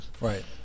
right